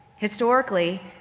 historically,